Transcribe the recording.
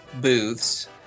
booths